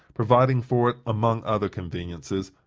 providing for it, among other conveniences,